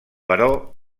però